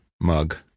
mug